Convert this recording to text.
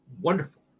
wonderful